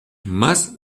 más